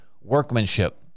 workmanship